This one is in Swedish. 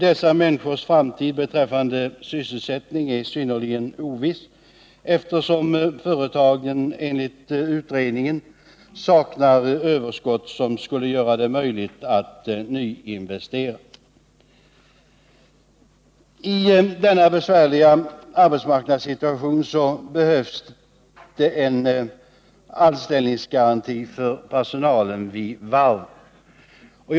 Dessa människors framtid är, beträffande sysselsättningen, synnerligen oviss eftersom företagen, enligt utredningen, saknar överskott som skulle göra det möjligt att nyinvestera. I denna besvärliga arbetsmarknadssituation behövs det en anställningsgaranti för personalen vid varven.